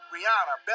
Rihanna